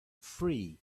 free